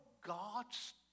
God's